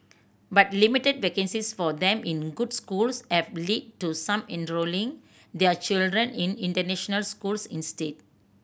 but limited vacancies for them in good schools have lead to some enrolling their children in international schools instead